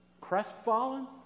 Crestfallen